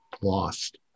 lost